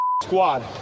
squad